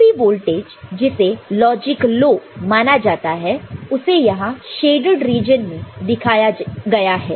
कोई भी वोल्टेज जिसे लॉजिक लो माना जाता है उसे यहां शेडेड रीजन में दिखाया गया है